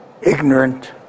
ignorant